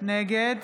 נגד